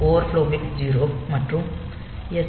overflow bit 0 மற்றும் S